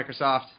Microsoft